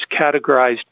categorized